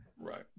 Right